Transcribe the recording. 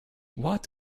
what